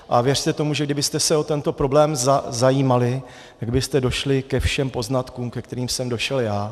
A věřte tomu, že kdybyste se o tento problém zajímali, tak byste došli ke všem poznatkům, ke kterým jsem došel já.